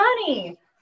money